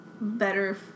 better